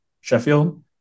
Sheffield